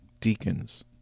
deacons